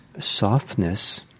softness